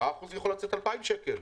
10% יכול לצאת 2,000 שקל.